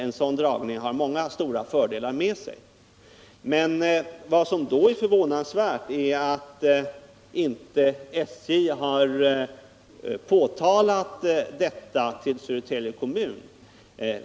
En sådan dragning har många stora fördelar med sig. Men vad som då är förvånansvärt är att SJ inte meddelat detta till Södertälje kommun.